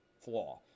flaw